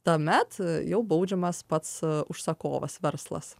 tuomet jau baudžiamas pats užsakovas verslas